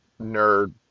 nerd